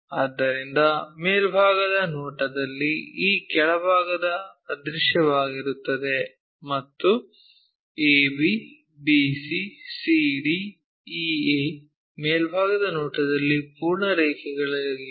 ಆದ್ದರಿಂದ ಮೇಲ್ಭಾಗದ ನೋಟದಲ್ಲಿ ಈ ಕೆಳಭಾಗವು ಅದೃಶ್ಯವಾಗಿರುತ್ತದೆ ಮತ್ತು ಈ ab bc cd ea ಮೇಲ್ಭಾಗದ ನೋಟದಲ್ಲಿ ಪೂರ್ಣ ರೇಖೆಗಳಾಗಿವೆ